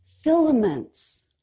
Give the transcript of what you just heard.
filaments